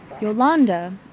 Yolanda